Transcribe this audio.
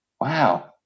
Wow